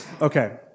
Okay